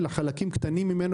אלא יכול להיות שחלקים קטנים ממנו